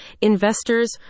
investors